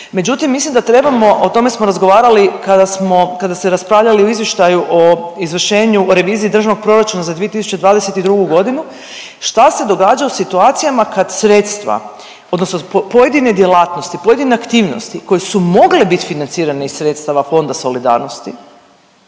Međutim, mislim da trebamo o tome smo razgovarali kada smo, kada ste raspravljali o izvještaju revizije državnog proračuna za 2022. godinu šta se događa u situacijama kad sredstva odnosno pojedine djelatnosti, pojedine aktivnosti koje su mogle biti financirane iz sredstava Fonda solidarnosti